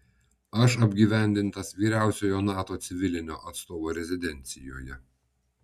aš apgyvendintas vyriausiojo nato civilinio atstovo rezidencijoje